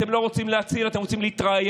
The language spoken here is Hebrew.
אתם לא רוצים להציל, אתם רוצים להתראיין,